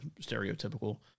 stereotypical